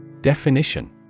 Definition